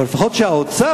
אבל לפחות שהאוצר,